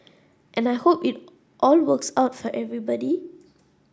and I hope it all works out for everybody